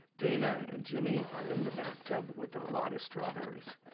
dana, and jimmy are in the bathtub with a lot of strawberries.